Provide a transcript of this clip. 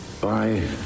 bye